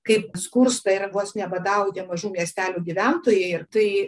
kaip skursta ir vos nebadauja mažų miestelių gyventojai ir tai